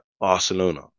Barcelona